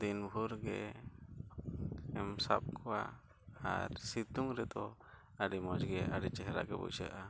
ᱫᱤᱱ ᱵᱷᱳᱨ ᱜᱮᱢ ᱥᱟᱵ ᱠᱚᱣᱟ ᱟᱨ ᱥᱤᱛᱩᱝ ᱨᱮᱫᱚ ᱟᱹᱰᱤ ᱢᱚᱡᱽ ᱜᱮ ᱟᱹᱰᱤ ᱪᱮᱦᱨᱟ ᱜᱮ ᱵᱩᱡᱷᱟᱹᱜᱼᱟ